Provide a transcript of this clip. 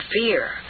fear